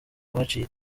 baciye